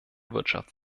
wirtschaft